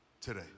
today